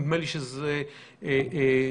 נדמה לי שזה סביר.